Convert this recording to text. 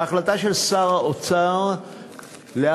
ההחלטה של שר האוצר להכליל